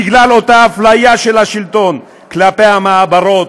בגלל אותה אפליה של השלטון כלפי המעברות,